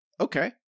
okay